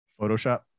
Photoshop